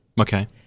Okay